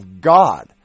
God